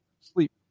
Sleep